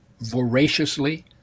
voraciously